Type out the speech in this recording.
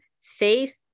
faith